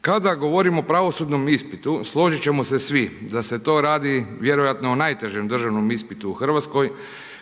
Kada govorimo o pravosudnom ispitu, složit ćemo se svi da se to radi vjerojatno o najtežem državnom ispitu u Hrvatskoj